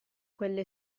quelle